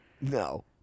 no